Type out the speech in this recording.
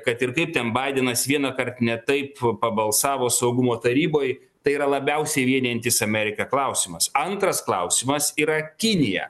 kad ir kaip ten baidenas vienąkart ne taip pabalsavo saugumo taryboj tai yra labiausiai vienijantis ameriką klausimas antras klausimas yra kinija